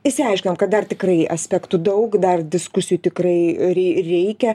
isiaiškinom kad dar tikrai aspektų daug dar diskusijų tikrai rei reikia